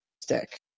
stick